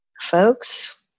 Folks